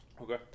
Okay